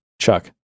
Chuck